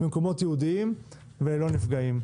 במקומות ייעודיים וללא נפגעים.